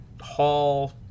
Hall